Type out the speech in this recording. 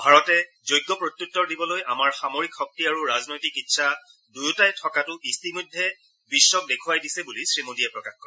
ভাৰতে যোগ্য প্ৰত্যুত্তৰ দিবলৈ আমাৰ সামৰিক শক্তি আৰু ৰাজনৈতিক ইচ্ছা দুয়োটাই থকাটো ইতিমধ্যে বিশ্বক দেখুৱাই দিছে বুলি শ্ৰীমোডীয়ে প্ৰকাশ কৰে